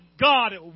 god